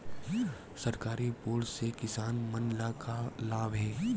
सरकारी बोर से किसान मन ला का लाभ हे?